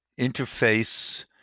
interface